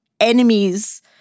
enemies